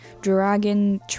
dragon